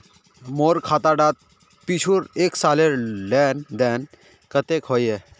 मोर खाता डात पिछुर एक सालेर लेन देन कतेक होइए?